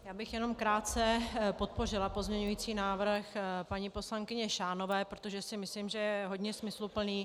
Já bych jenom krátce podpořila pozměňující návrh paní poslankyně Šánové, protože si myslím, že je hodně smysluplný.